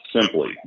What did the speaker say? simply